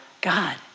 God